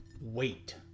wait